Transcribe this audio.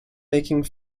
making